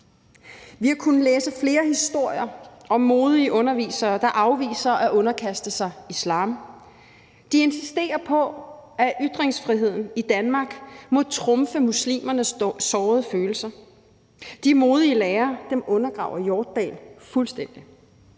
Vi har kunnet læse flere historier om modige undervisere, der afviser at underkaste sig islam. De insisterer på, at ytringsfriheden i Danmark må trumfe muslimernes sårede følelser. De modige lærere undergraver Hjortdal fuldstændig.